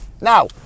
Now